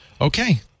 Okay